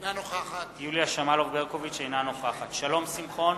אינה נוכחת שלום שמחון,